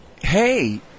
hey